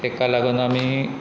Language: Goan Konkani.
ताका लागून आमी